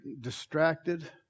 distracted